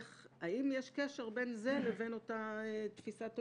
האם יש קשר בין זה לבין אותה תפיסת עולם?